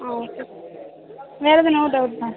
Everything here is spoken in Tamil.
ஆ ஓகே வேறு எதுவும் நோ டவ்ட்டு மேம்